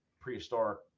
prehistoric